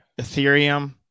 Ethereum